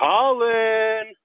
Colin